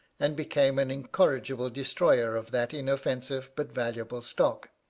and became an incorrigible destroyer of that inoffensive but valuable stock.